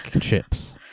chips